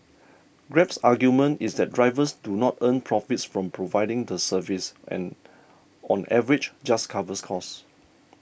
Grab's argument is that drivers do not earn profits from providing the service and on average just covers costs